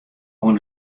oan